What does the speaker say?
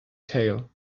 tail